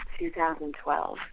2012